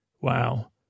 Wow